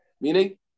Meaning